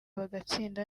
bagatsinda